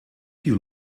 you